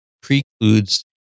precludes